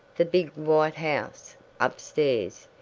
the big white house upstairs,